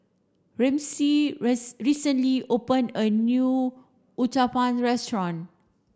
Ramsey recently opened a new Uthapam restaurant